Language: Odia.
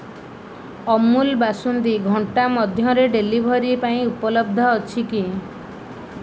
ଅମୁଲ ବାସୁନ୍ଦୀ ଘଣ୍ଟା ମଧ୍ୟରେ ଡେଲିଭରୀ ପାଇଁ ଉପଲବ୍ଧ ଅଛି କି